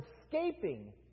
escaping